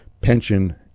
pension